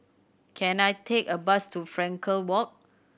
can I take a bus to Frankel Walk